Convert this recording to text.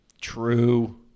true